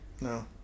No